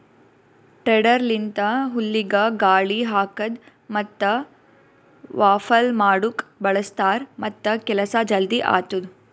tedder ಲಿಂತ ಹುಲ್ಲಿಗ ಗಾಳಿ ಹಾಕದ್ ಮತ್ತ ವಾಫಲ್ ಮಾಡುಕ್ ಬಳ್ಸತಾರ್ ಮತ್ತ ಕೆಲಸ ಜಲ್ದಿ ಆತ್ತುದ್